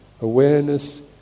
Awareness